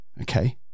okay